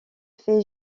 fait